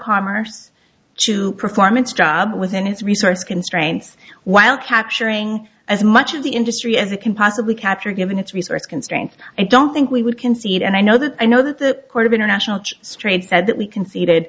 commerce to perform its job within its resource constraints while capturing as much of the industry as it can possibly capture given its resource constraints i don't think we would concede and i know that i know that the court of international trade said that we conceded